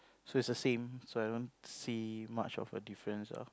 so is the same so I don't see much of a difference ah